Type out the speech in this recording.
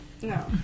No